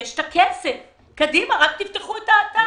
יש את הכסף, קדימה, רק תפתחו את האתר.